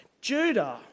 Judah